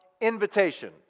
invitation